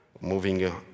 moving